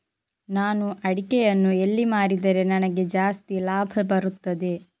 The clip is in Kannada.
ನಾನು ಅಡಿಕೆಯನ್ನು ಎಲ್ಲಿ ಮಾರಿದರೆ ನನಗೆ ಜಾಸ್ತಿ ಲಾಭ ಬರುತ್ತದೆ?